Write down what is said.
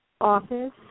office